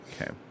Okay